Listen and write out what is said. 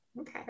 Okay